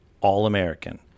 All-American